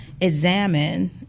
examine